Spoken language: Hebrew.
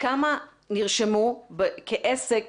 כמה נרשמו כעסק